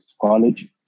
college